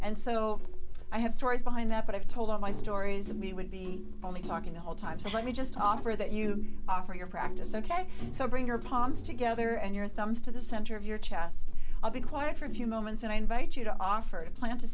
and so i have stories behind that but i've told all my stories of me would be only talking the whole time so let me just offer that you offer your practice ok so bring your palms together and your thumbs to the center of your chest i'll be quiet for a few moments and i invite you to offer to plant